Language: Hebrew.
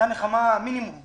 זה מינימום הנחמה.